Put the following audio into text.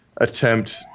attempt